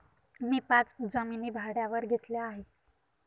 मी पाच जमिनी भाड्यावर घेतल्या आहे